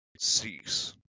cease